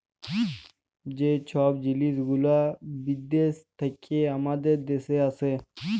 যে ছব জিলিস গুলা বিদ্যাস থ্যাইকে আমাদের দ্যাশে আসে